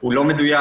לא מדויק.